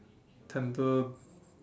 tender